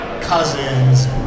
cousins